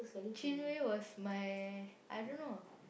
Chin-Wei was my I don't know